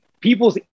People's